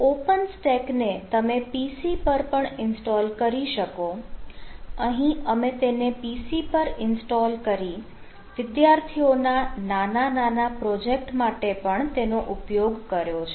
open stack ને તમે PC પર પણ ઈન્સ્ટોલ કરી શકો અહીં અમે તેને PC પર ઇન્સ્ટોલ કરી વિદ્યાર્થીઓના નાના નાના પ્રોજેક્ટ માટે પણ તેનો ઉપયોગ કર્યો છે